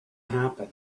happen